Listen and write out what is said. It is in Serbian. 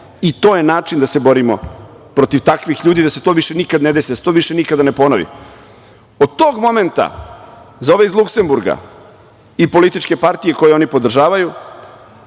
i to je način da se borimo protiv takvih ljudi da se to više nikad ne desi, da se to više nikada ne ponovi. Od tog momenta, za ove iz Luksemburga i političke partije koje oni podržavaju,